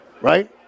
right